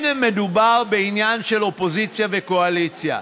לא מדובר בעניין של קואליציה ואופוזיציה,